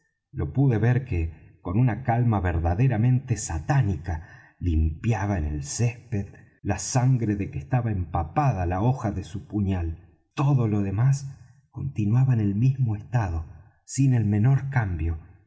lo pude ver que con una calma verdaderamente satánica limpiaba en el césped la sangre de que estaba empapada la hoja de su puñal todo lo demás continuaba en el mismo estado sin el menor cambio